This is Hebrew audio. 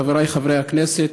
חבריי חברי הכנסת,